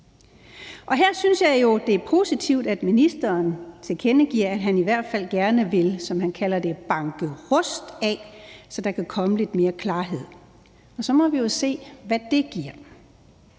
Her synes jeg jo, det er positivt, at ministeren tilkendegiver, at han i hvert fald gerne vil, som han kalder det, banke rust af, så der kan komme lidt mere klarhed, og så må vi jo se, hvad det giver.